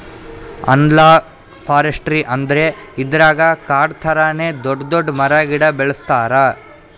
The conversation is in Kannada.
ಅನಲಾಗ್ ಫಾರೆಸ್ಟ್ರಿ ಅಂದ್ರ ಇದ್ರಾಗ್ ಕಾಡ್ ಥರಾನೇ ದೊಡ್ಡ್ ದೊಡ್ಡ್ ಮರ ಗಿಡ ಬೆಳಸ್ತಾರ್